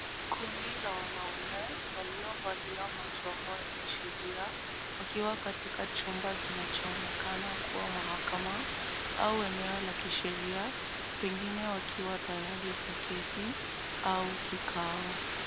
Kundi la wanaume waliovalia majoho ya kisheria wakiwa katika chumba kinachoonekana kuwa mahakama au eneo la kisheria, pengine wakiwa tayari kwa kesi au kikao.